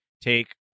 take